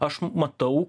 aš matau